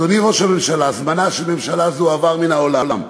אדוני ראש הממשלה, זמנה של ממשלה זו עבר מן העולם,